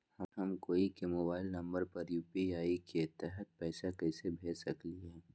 हम कोई के मोबाइल नंबर पर यू.पी.आई के तहत पईसा कईसे भेज सकली ह?